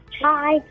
Hi